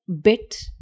bit